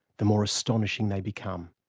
the more astonishing they become.